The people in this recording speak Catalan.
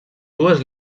dues